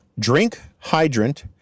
drinkhydrant